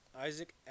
Isaac